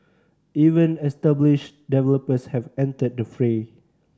even established developers have entered the fray